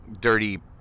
dirty